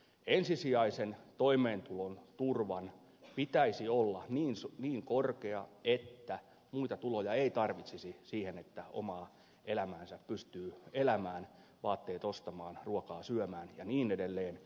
ensisijaisen toimeentuloturvan pitäisi olla niin korkea että muita tuloja ei tarvitsisi siihen että omaa elämäänsä pystyy elämään vaatteet ostamaan ruokaa syömään ja niin edelleen